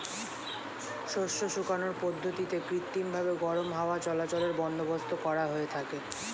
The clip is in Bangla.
শস্য শুকানোর পদ্ধতিতে কৃত্রিমভাবে গরম হাওয়া চলাচলের বন্দোবস্ত করা হয়ে থাকে